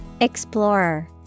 Explorer